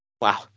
Wow